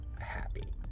happy